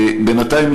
בינתיים,